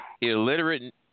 Illiterate